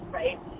right